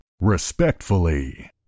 Respectfully